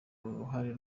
ruhare